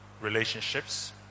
relationships